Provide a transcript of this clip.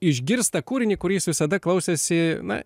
išgirsta kūrinį kurį jis visada klausėsi na